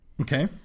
okay